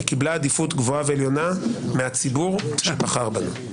היא קיבלה עדיפות גבוהה ועליונה מהציבור שבחר בנו.